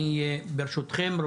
ברשותכם,